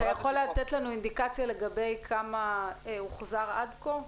אתה יכול לתת לנו אינדיקציה לגבי כמה הוחזר עד כה?